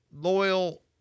loyal